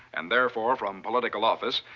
and therefore from political office,